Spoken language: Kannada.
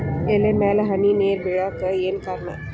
ಎಲೆ ಮ್ಯಾಲ್ ಹನಿ ನೇರ್ ಬಿಳಾಕ್ ಏನು ಕಾರಣ?